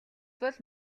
бол